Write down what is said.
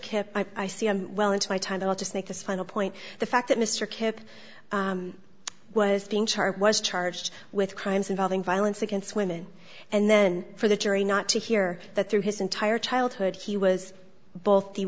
kip i see him well into my time i'll just make this final point the fact that mr kipp was being charged was charged with crimes involving violence against women and then for the jury not to hear that through his entire childhood he was both the